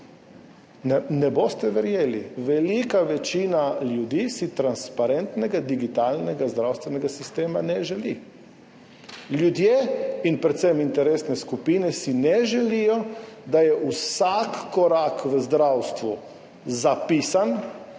ne boste verjeli, velika večina ljudi si transparentnega digitalnega zdravstvenega sistema ne želi. Ljudje in predvsem interesne skupine si ne želijo, da je vsak korak v zdravstvu zapisan,